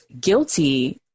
guilty